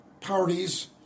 parties